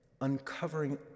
uncovering